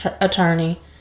attorney